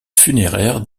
funéraires